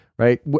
right